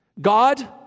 God